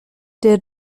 der